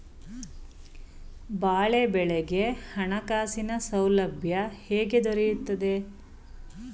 ಬಾಳೆ ಬೆಳೆಗೆ ಹಣಕಾಸಿನ ಸೌಲಭ್ಯ ಹೇಗೆ ದೊರೆಯುತ್ತದೆ?